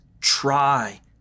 try